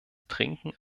trinken